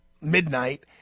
midnight